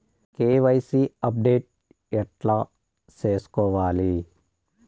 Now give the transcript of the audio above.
KYC update ఎట్లా సేసుకోవాలి?